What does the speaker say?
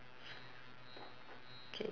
okay